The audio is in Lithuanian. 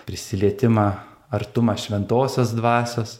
prisilietimą artumą šventosios dvasios